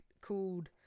called